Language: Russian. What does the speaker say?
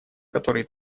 который